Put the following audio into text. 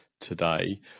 today